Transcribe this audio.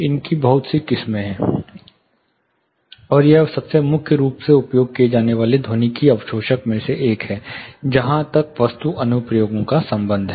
इसलिए बहुत सी किस्में हैं और यह सबसे मुख्य रूप से उपयोग किए जाने वाले ध्वनिकी अवशोषक में से एक है जहां तक वास्तु अनुप्रयोगों का संबंध है